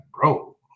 bro